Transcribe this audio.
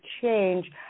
change